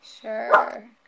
Sure